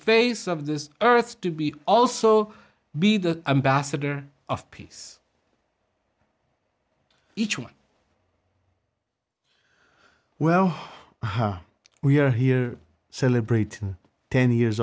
face of this earth to be also be the ambassador of peace each one well we are here celebrating ten years